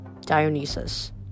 Dionysus